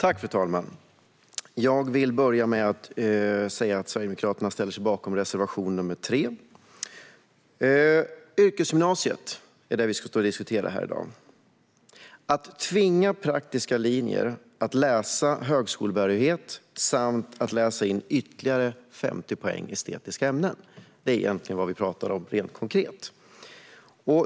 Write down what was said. Fru talman! Jag vill börja med att säga att Sverigedemokraterna yrkar bifall till reservation 3. I dag ska vi diskutera yrkesgymnasiet. Att tvinga dem som går praktiska linjer att läsa in högskolebehörighet och ytterligare 50 poäng i estetiska ämnen är egentligen vad vi pratar om rent konkret.